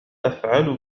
أفعل